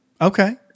Okay